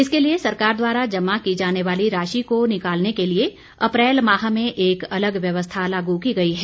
इसके लिए सरकार द्वारा जमा की जाने वाली राशि को निकालने के लिए अप्रैल माह में एक अलग व्यवस्था लागू की गई है